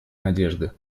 надежды